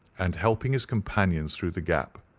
and helping his companions through the gap,